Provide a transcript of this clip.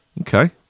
Okay